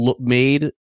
made